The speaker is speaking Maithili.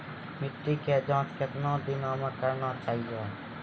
मिट्टी की जाँच कितने दिनों मे करना चाहिए?